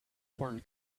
foreign